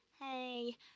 hey